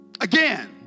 Again